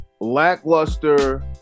lackluster